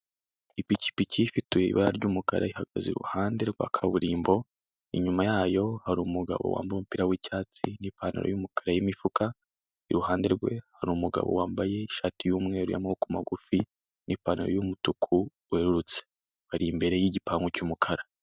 Ipikipiki ifite ibara ry'umukara ihagaze iruhande rwa kaburimbo, inyuma yayo hari umugabo wambaye umupira y'icyatsi n'ipantaro y'umukar y'imifuka, iruhande rwe hari umugabo wambaye ishati y'umweru y'amaboko magufi n'ipantaro y'umutuku werurutse bari imbere y'igipangu cy'umukara.